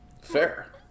Fair